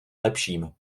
lepším